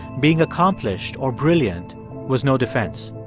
being accomplished or brilliant was no defense.